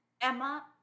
Emma